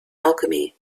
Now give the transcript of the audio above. alchemy